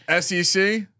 SEC